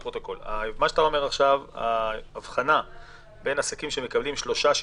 שאתה אומר עכשיו על ההבחנה בין עסקים שמקבלים שלושה חודשים,